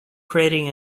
creating